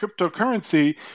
cryptocurrency